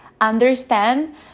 understand